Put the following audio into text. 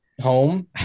home